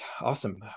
Awesome